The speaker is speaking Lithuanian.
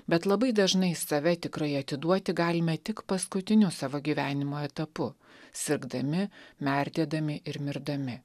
bet labai dažnai save tikrai atiduoti galime tik paskutiniu savo gyvenimo etapu sirgdami merdėdami ir mirdami